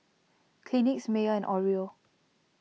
Kleenex Mayer and Oreo